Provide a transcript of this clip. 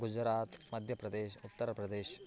गुजरात् मध्यप्रदेशः उत्तरप्रदेशः